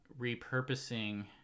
repurposing